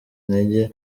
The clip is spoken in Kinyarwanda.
intege